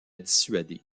dissuader